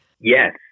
Yes